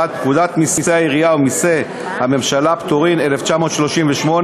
בפקודת מסי העירייה ומסי הממשלה (פטורין), 1938,